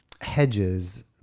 hedges